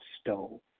stove